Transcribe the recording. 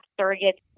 surrogate